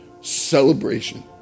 celebration